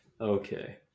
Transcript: okay